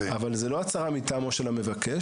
אבל זו לא הצהרה מטעמו של המבקש,